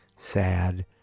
Sad